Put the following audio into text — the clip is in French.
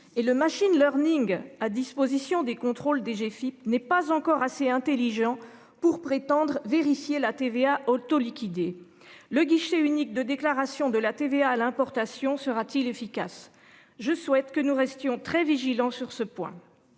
et le machine learning à disposition des contrôles DGFIP n'est pas encore assez intelligent pour prétendre vérifier la TVA au taux liquider le guichet unique de déclaration de la TVA à l'importation sera-t-il efficace. Je souhaite que nous restions très vigilants sur ce point.